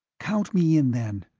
count me in then.